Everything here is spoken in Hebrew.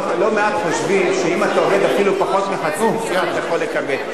לא מעט חושבים שאם אתה עובד אפילו פחות מחצי משרה אתה יכול לקבל.